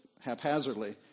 haphazardly